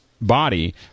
body